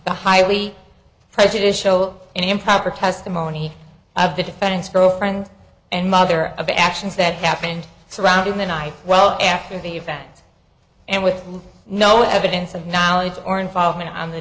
the highly prejudicial and improper testimony of the defendant's girlfriend and mother of the actions that happened surrounding the night well after the event and with no evidence of knowledge or involvement i'm the